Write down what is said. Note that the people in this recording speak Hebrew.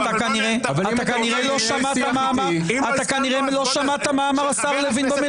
אתה כנראה לא שמעת מה אמר השר לוין במליאה.